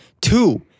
Two